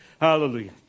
Hallelujah